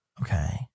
Okay